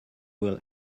will